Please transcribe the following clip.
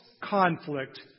conflict